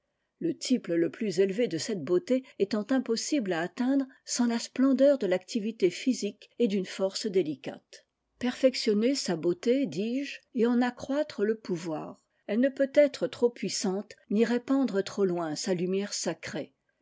le type le plus élevé de cette beauté étant impossible à atteindre sans la splendeur de l'activité physique et d'une force délicate perfectionner sa beauté dis-je et en accroître le pouvoir elle ne peut être trop puissante ni répandre trop loin sa lumière sacrée